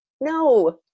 No